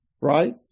right